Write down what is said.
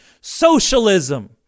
socialism